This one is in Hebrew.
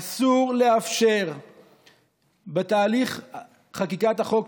אסור לאפשר בתהליך חקיקת החוק,